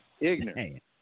Ignorant